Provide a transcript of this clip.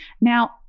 Now